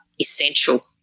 essential